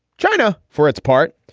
china, for its part,